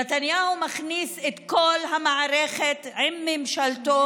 נתניהו מכניס את כל המערכת עם ממשלתו